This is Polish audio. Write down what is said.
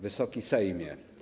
Wysoki Sejmie!